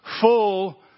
full